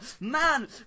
Man